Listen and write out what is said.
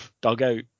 dugout